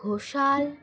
Ghoshal